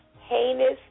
heinous